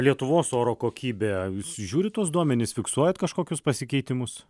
lietuvos oro kokybė jūs žiūrit tuos duomenis fiksuojat kažkokius pasikeitimus